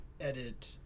edit